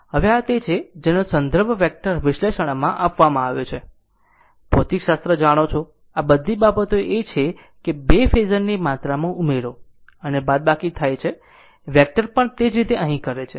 હવે આ તે છે જેનો સંદર્ભ વેક્ટર વિશ્લેષણ માં આપવામાં આવ્યો છે ભૌતિકશાસ્ત્ર જાણો છો આ બધી બાબતો છે કે 2 ફેઝરની માત્રામાં ઉમેરો અને બાદબાકી થાય છે વેક્ટર પણ તે જ રીતે અહીં કરે છે